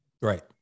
Right